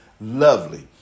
lovely